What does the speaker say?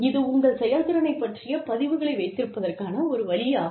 இது உங்கள் செயல்திறனைப் பற்றிய பதிவுகளை வைத்திருப்பதற்கான ஒரு வழியாகும்